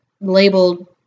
labeled